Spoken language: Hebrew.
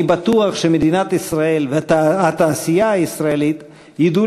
אני בטוח שמדינת ישראל והתעשייה הישראלית ידעו